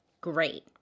great